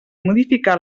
modificar